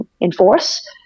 enforce